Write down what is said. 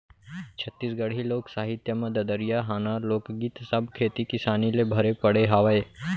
छत्तीसगढ़ी लोक साहित्य म ददरिया, हाना, लोकगीत सब खेती किसानी ले भरे पड़े हावय